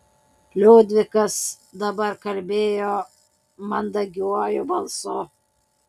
liudvikas dabar kalbėjo mandagiuoju balsu